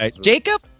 Jacob